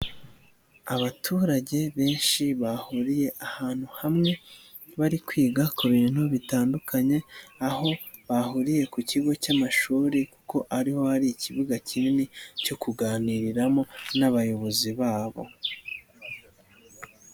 Abaturage benshi bahuriye ahantu hamwe, bari kwiga ku bintu bitandukanye, aho bahuriye ku kigo cy'amashuri kuko ariho hari ikibuga kinini, cyo kuganiriramo n'abayobozi babo.